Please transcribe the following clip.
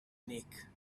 nick